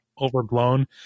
overblown